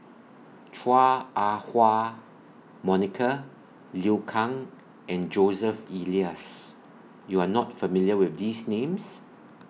Chua Ah Huwa Monica Liu Kang and Joseph Elias YOU Are not familiar with These Names